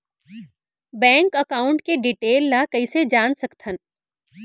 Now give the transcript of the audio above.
Bank account के detail ल कइसे जान सकथन?